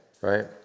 right